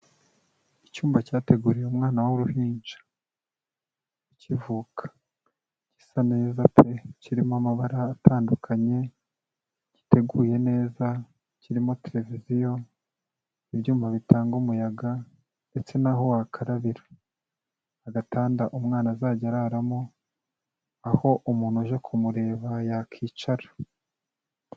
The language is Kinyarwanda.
Icyumba cyateguriwe umwana w'uruhinja ukivuka, gisa neza pe! Kirimo amabara atandukanye, giteguye neza, kirimo televiziyo, ibyuma bitanga umuyaga ndetse n'aho wakarabira, agatanda umwana azajya araramo, aho umuntu uje kumureba yakwicara.